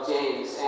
James